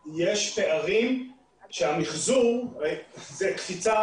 מקומות שבהם יש פערים שהמחזור זה קפיצה